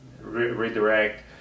redirect